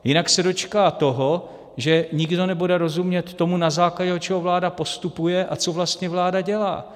Jinak se dočká toho, že nikdo nebude rozumět tomu, na základě čeho vláda postupuje a co vlastně vláda dělá.